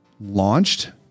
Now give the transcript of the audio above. launched